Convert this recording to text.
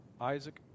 Isaac